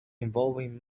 involving